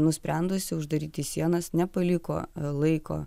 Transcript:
nusprendusi uždaryti sienas nepaliko laiko